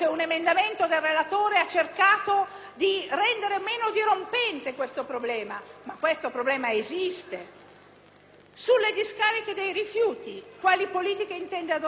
Sulle discariche dei rifiuti, quali politiche intende adottare il Ministro? Capisco che ci siano tipologie di rifiuti specifiche che rischierebbero di far saltare il sistema;